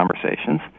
conversations